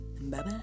Bye-bye